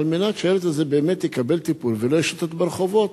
על מנת שהילד הזה באמת יקבל טיפול ולא ישוטט ברחובות.